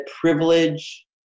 privilege